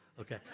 okay